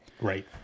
Right